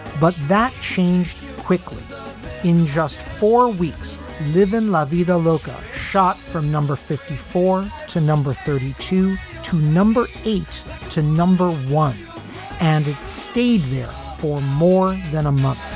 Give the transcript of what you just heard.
but that changed quickly in just four weeks live in la vida loca, shot from number fifty four to number thirty two to number eight to number one and it stayed there for more than a month